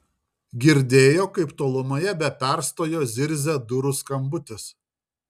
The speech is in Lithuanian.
girdėjo kaip tolumoje be perstojo zirzia durų skambutis